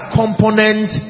component